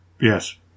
Yes